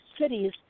cities